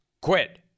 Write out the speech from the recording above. quit